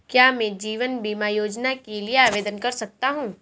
क्या मैं जीवन बीमा योजना के लिए आवेदन कर सकता हूँ?